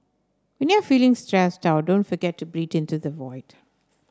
when you are feeling stressed out don't forget to into the void